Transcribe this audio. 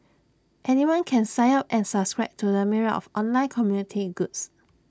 anyone can sign up and subscribe to the myriad of online community groups